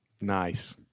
Nice